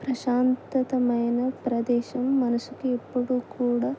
ప్రశాంతమైన ప్రదేశం మనసుకి ఎప్పుడూ కూడా